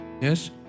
Yes